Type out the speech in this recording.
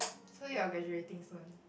so you are graduating soon